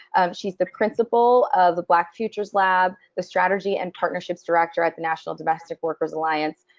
she's the principal of the black futures lab, the strategy and partnerships director at the national domestic workers alliance,